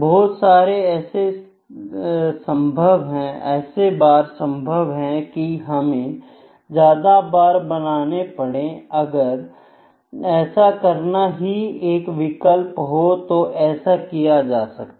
बहुत बार ऐसा संभव है कि हमें ज्यादा बार बनाने पड़े अगर ऐसा करना ही एक विकल्प हो तो ऐसा किया जा सकता है